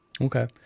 Okay